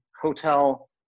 hotel